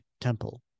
temple